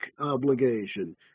obligation